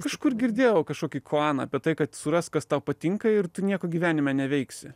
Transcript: kažkur girdėjau kažkokį klaną apie tai kad surask kas tau patinka ir tu nieko gyvenime neveiksi